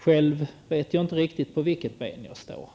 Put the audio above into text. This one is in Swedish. Själv vet jag inte riktigt på vilket ben jag står i det aveendet.